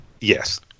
Yes